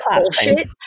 bullshit